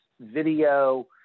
video